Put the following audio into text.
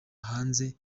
hanze